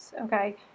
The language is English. okay